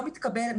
לא מתקבל,